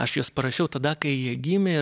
aš juos parašiau tada kai jie gimė